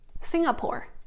Singapore